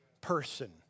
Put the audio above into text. person